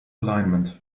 alignment